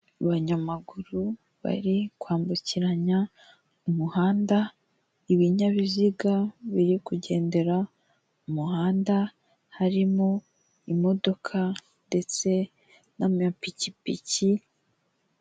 Abanyamaguru bari kwambukiranya umuhanda, ibinyabiziga biri kugendera mu muhanda, harimo imodoka ndetse n'amapikipiki.